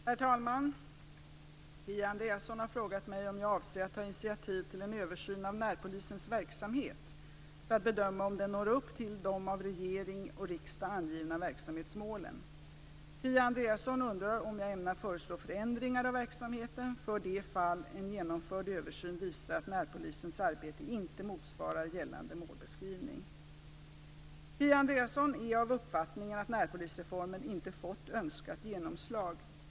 Herr talman! Kia Andreasson har frågat mig om jag avser att ta initiativ till en översyn av närpolisens verksamhet, för att bedöma om den når upp till de av regering och riksdag angivna verksamhetsmålen. Kia Andreasson undrar också om jag ämnar föreslå förändringar av verksamheten, för det fall en genomförd översyn visar att närpolisens arbete inte motsvarar gällande målbeskrivning. Kia Andreasson är av uppfattningen att närpolisreformen inte fått önskat genomslag.